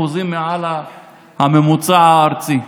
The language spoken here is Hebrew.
350% מעל הממוצע הארצי.